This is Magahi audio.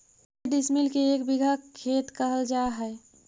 के डिसमिल के एक बिघा खेत कहल जा है?